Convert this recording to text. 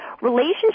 Relationship